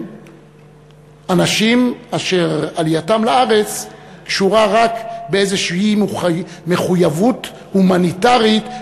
אנשים אשר עלייתם לארץ קשורה רק באיזושהי מחויבות הומניטרית,